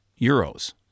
euros